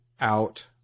out